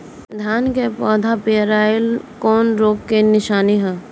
धान के पौधा पियराईल कौन रोग के निशानि ह?